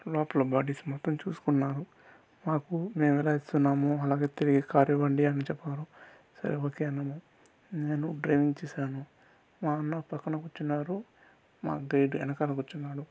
లోపల బాడీస్ మొత్తం చూసుకున్నారు మాకు మేము ఎలా ఇస్తున్నామో అలాగే కారు తిరిగి ఇవ్వండి అని చెప్పారు సరే ఓకే అన్నాము నేను డ్రైవింగ్ చేసాను మా అన్న పక్కన కూర్చున్నారు మా గైడ్ వెనకాల కూర్చున్నాడు